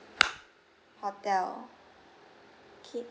hotel okay